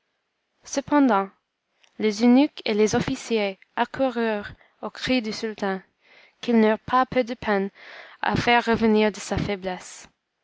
cependant les eunuques et les officiers accoururent aux cris du sultan qu'ils n'eurent pas peu de peine à faire revenir de sa faiblesse